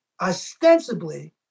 ostensibly